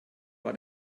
war